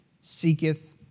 seeketh